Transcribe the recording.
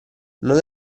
non